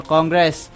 Congress